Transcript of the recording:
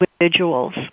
individuals